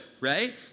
right